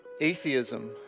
Atheism